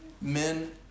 men